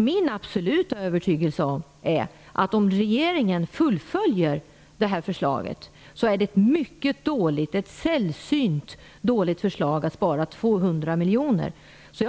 Min absoluta övertygelse är att om regeringen fullföljer detta förslag, är det ett sällsynt dåligt sätt att spara 200 miljoner på.